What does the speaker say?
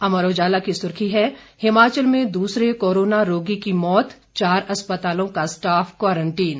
अमर उजाला की सुर्खी है हिमाचल में दूसरे कोरोना रोगी की मौत चार अस्पतालों का स्टाफ क्वारंटीन